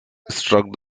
struck